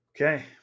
Okay